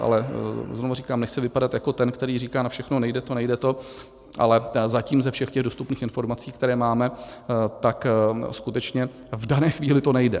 Ale znovu říkám, nechci vypadat jako ten, který říká na všechno nejde to, nejde to, ale zatím ze všech těch dostupných informací, které máme, tak skutečně v dané chvíli to nejde.